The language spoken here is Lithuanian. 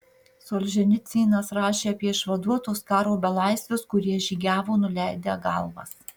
solženicynas rašė apie išvaduotus karo belaisvius kurie žygiavo nuleidę galvas